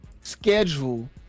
schedule